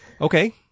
Okay